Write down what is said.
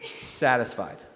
satisfied